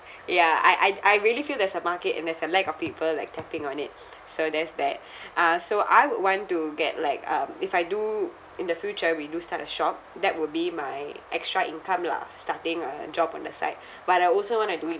ya I I I really feel there's a market and there's a lack of people like tapping on it so that's that uh so I would want to get like um if I do in the future if we do start a shop that will be my extra income lah starting a job on the side but I also want to do it